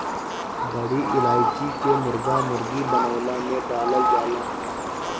बड़ी इलायची के मुर्गा मुर्गी बनवला में डालल जाला